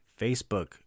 Facebook